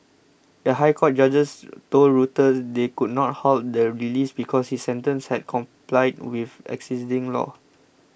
the High Court judges told Reuters they could not halt the release because his sentence had complied with existing law